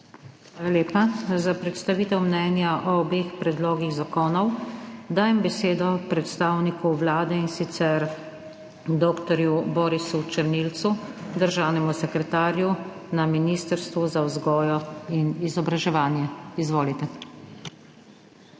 lepa. Za predstavitev mnenja o obeh predlogih zakonov dajem besedo predstavniku Vlade, in sicer dr. Borisu Černilcu, državnemu sekretarju na Ministrstvu za vzgojo in izobraževanje. Izvolite.